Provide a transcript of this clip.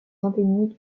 endémique